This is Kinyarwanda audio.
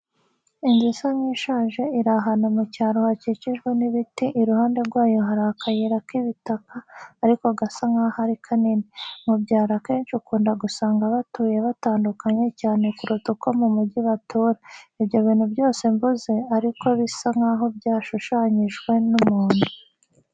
Inzu isa nk'ishaje iri ahantu mu cyaro hakikijwe n'ibiti, iruhande rwayo hari akayira k'ibitaka ariko gasa nkaho ari kanini. Mu byaro akenshi ukunda gusanga batuye batandukanye cyane kuruta uko mu mugi batura. Ibyo bintu byose mvuze ariko bisa nkaho byashushanyijwe n'umuntu.